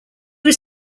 was